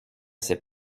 sait